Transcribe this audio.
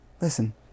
Listen